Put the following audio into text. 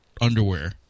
underwear